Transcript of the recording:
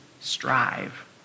strive